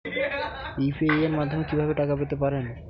UPI মাধ্যমে কি ভাবে টাকা পেতে পারেন?